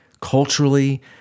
culturally